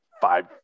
five